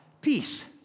peace